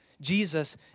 Jesus